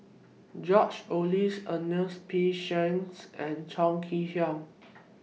George Oehlers Ernest P Shanks and Chong Kee Hiong